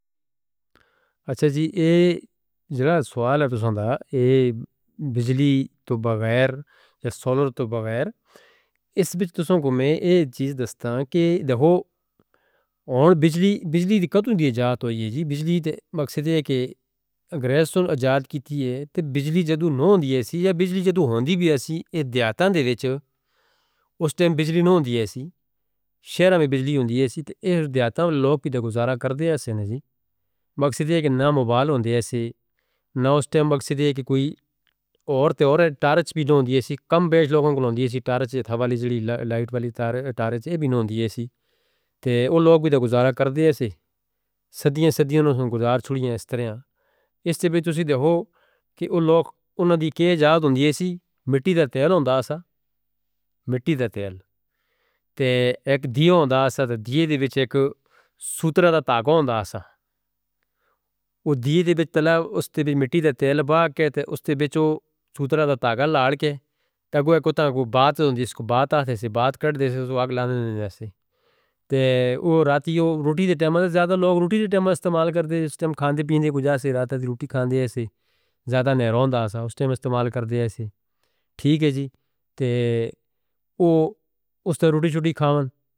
اچھا جی اے جڑا سوال ہے پچھندا اے بجلی تو بغیر یا سولر تو بغیر اس بچ تسان کو میں اے چیز دسناں کہ دیکھو بجلی دی کتھ ہوندی ہے جاتوئی ہے جی بجلی دا مقصد ہے کہ اگرہ سن اجاد کیتی ہے تے بجلی جدو نو ہوندی ہے سی یا بجلی جدو ہوندی بھی ہے سی یہ دیاتان دے وچ اس تیں بجلی نو ہوندی ہے سی شہران میں بجلی ہوندی ہے سی تے اے دیاتان لوگ کیتا گزارہ کر دے ہیں سن۔ جی مقصد ہے کہ نہ موبائل ہوندے ہیں سی نہ اس تیں مقصد ہے کہ کوئی اور تے اور تارچ بھی نو ہوندی ہے سی کم بیچ لوگوں کو نو ہوندی ہے سی تارچ تے ہوا لیجلی لائٹ والی تارچ بھی نو ہوندی ہے سی تے وہ لوگ بھی تا گزارہ کر دے ہیں سن صدیاں صدیاں نو سن گزارہ چھڑیاں ہیں۔ اس طرحاں اس تیں بھی تسی دیکھو کہ وہ لوگ انہاں دی کہ اجاد ہوندی ہے سی مٹی دے تیل ہوندہ سا مٹی دے تیل تے ایک دیا ہوندہ سا تے دیا دے وچ ایک سوترہ دا تاگہ ہوندہ سا۔ وہ دیا دے وچ تلا اس تیں بھی مٹی دے تیل بھا کے تے اس تیں بچو سوترہ دا تاگہ لاڑ کے تے کوئی کو تاگہ بات ہوندی ہے اس کو بات آتے سے بات کڑ دے سے سو آگ لاندے دینے نے تے وہ راتھی روٹی دے ٹائم تے زیادہ لوگ روٹی دے ٹائم استعمال کر دے۔ اس ٹائم کھاندے پینے کوئی جا سے راتھ دی روٹی کھاندے ہیں سے زیادہ نیروندا سا اس ٹائم استعمال کر دے ہیں سے ٹھیک ہے جی تے وہ اس تیں روٹی چھٹی کھاوند.